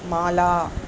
माला